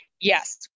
Yes